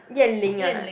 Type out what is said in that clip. Yan Ling ah